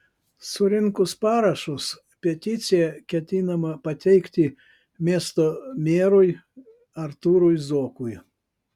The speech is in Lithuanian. surinkus parašus peticiją ketinama pateikti miesto merui artūrui zuokui